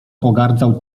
pogardzał